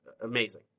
amazing